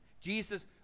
Jesus